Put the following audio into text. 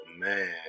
Man